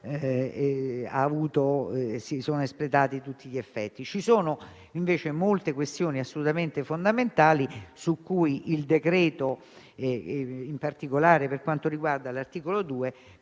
Ci sono invece molte questioni assolutamente fondamentali su cui il decreto, in particolare con l'articolo 2,